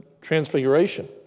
Transfiguration